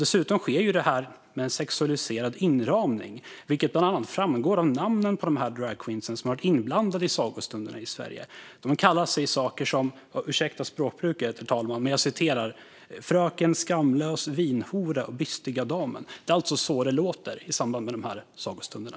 Dessutom sker det här i en sexualiserad inramning, vilket bland annat framgår av namnen på de dragqueens som varit inblandade i sagostunderna i Sverige. De kallar sig saker som - ursäkta språkbruket, herr talman, men jag citerar - "Fröken Skamlös Vinhora" och "Bystiga Damen". Det är alltså så det låter i samband med de här sagostunderna.